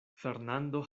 fernando